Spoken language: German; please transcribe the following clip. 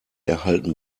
erhalten